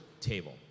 table